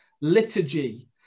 liturgy